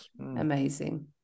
Amazing